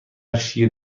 شیر